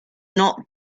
not